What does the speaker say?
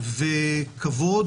וכבוד